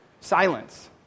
Silence